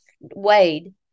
wade